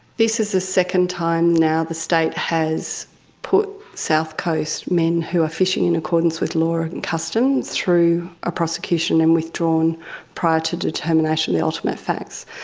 this is the second time now the state has put south coast men who were fishing in accordance with law and custom through a prosecution and withdrawn prior to determination of the ultimate facts.